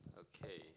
okay